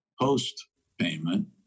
post-payment